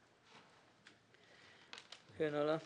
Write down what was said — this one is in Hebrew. נמשיך הלאה.